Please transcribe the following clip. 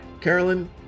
Carolyn